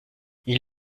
ils